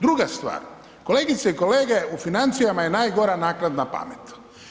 Druga stvar, kolegice i kolege, u financijama je najgora naknadna pamet.